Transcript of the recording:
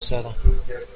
سرم